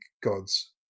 gods